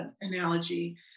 analogy